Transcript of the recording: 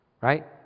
right